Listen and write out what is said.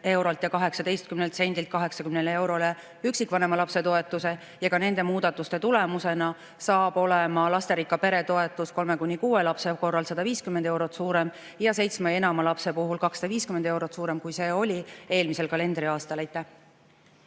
eurolt ja 18 sendilt 80 eurole üksikvanema lapse toetuse ja ka nende muudatuste tulemusena saab olema lasterikka pere toetus kolme kuni kuue lapse korral 150 eurot suurem ja seitsme ja enama lapse puhul 250 eurot suurem, kui see oli eelmisel kalendriaastal.